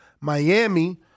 Miami